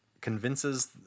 convinces